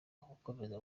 uzakomeza